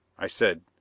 i said,